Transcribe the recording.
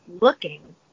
looking